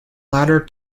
latter